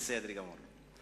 בסדר גמור.